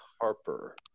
Harper